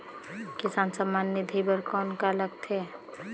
किसान सम्मान निधि बर कौन का लगथे?